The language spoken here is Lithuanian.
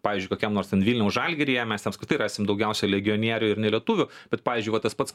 pavyzdžiui kokiam nors ten vilniaus žalgiryje mes apskritai rasim daugiausiai legionierių ir nelietuvių bet pavyzdžiui va tas pats